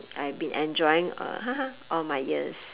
I've been enjoying uh all my years